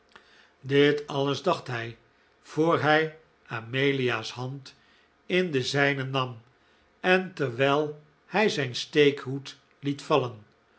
dit alles dacht hij voor hij amelia's hand in de zijne nam en terwijl hij zijn steekhoed liet vallen